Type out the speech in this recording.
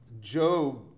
Job